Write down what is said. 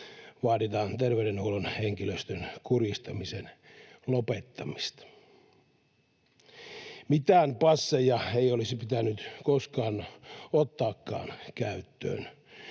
vaaditaan terveydenhuollon henkilöstön kurjistamisen lopettamista. Mitään passeja ei olisi pitänyt koskaan ottaakaan käyttöön